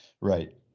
Right